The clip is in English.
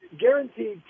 guaranteed